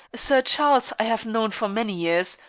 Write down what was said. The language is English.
sir charles i have known for many years.